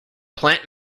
plant